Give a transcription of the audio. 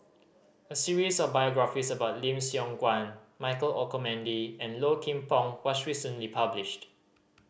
a series of biographies about Lim Siong Guan Michael Olcomendy and Low Kim Pong was recently published